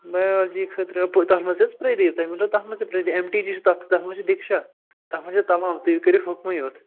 biology خٲطرٕ تَتھ منٛز حظ پردیپ تُہۍ ؤنۍتَو تَتھ منٛز تہِ پرٛدیپ ایٚم ٹی جی چھِ تَتھ تَتھ منٛز چھِ دِکشا تَتھ منٛز چھِ تَمام تُہۍ کٔرِو حُکمٕے یوت